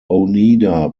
oneida